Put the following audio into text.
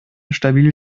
stabil